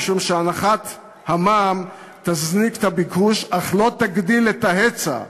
משום שהנחת המע"מ תזניק את הביקוש אך לא תגדיל את ההיצע,